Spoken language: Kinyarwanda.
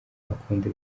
akunda